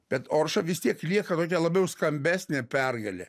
bet orša vis tiek lieka tokia labiau skambesnė pergalė